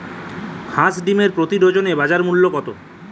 হাঁস ডিমের প্রতি ডজনে বাজার মূল্য কত?